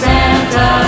Santa